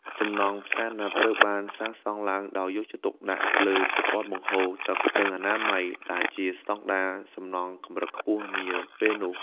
សំណង់ផ្សារណាត់ត្រូវបានសាងសង់ឡើងដោយយកចិត្តទុកដាក់លើប្រព័ន្ធបង្ហូរទឹក និងអនាម័យ ដែលជាស្តង់ដារសំណង់កម្រិតខ្ពស់នាពេលនោះ។